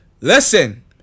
Listen